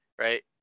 right